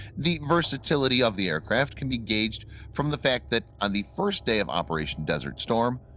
the versatility of the aircraft can be gauged from the fact that on the first day of operation desert storm,